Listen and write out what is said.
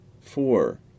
Four